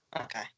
Okay